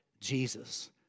Jesus